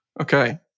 okay